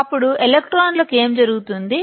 అప్పుడు ఎలక్ట్రాన్లకు ఏమి జరుగుతుంది